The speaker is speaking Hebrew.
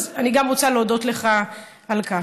אז אני גם רוצה להודות לך על כך.